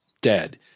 dead